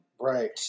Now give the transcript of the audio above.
Right